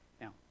Now